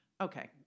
Okay